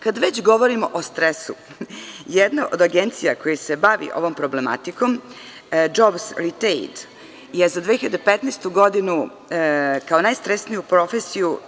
Kada već govorimo o stresu, jedna od agencija koja se bavi ovom problematikom „Džobs ritejd“ je za 2015. godinu, kao najstresniju profesiju